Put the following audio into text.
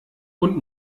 und